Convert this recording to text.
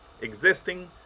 existing